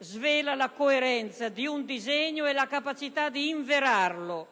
svela la coerenza di un disegno e la capacità di inverarlo,